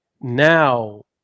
now